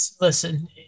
Listen